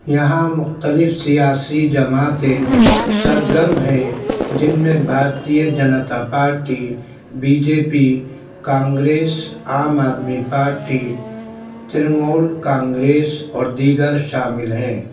یہاں مختلف سیاسی جماعتیں سرگرم ہیں جن میں Bharatiya Janata Party B J P Congress Aam Aadmi Party Trinamool Congress اور دیگر شامل ہیں